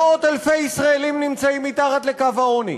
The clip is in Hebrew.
מאות-אלפי ישראלים נמצאים מתחת לקו העוני.